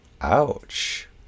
Ouch